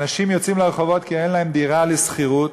אנשים יוצאים לרחובות כי אין להם דירה לשכירות.